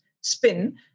spin